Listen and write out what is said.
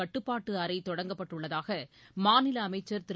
கட்டுப்பாட்டுஅறைதொடங்கப்பட்டுள்ளதாகமாநிலஅமைச்சர் திரு